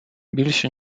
більше